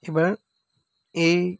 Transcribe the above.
এইবাৰ এই